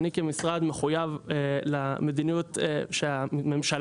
ואני כנציג משרד מחויב למדיניות שהממשלה